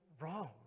wrong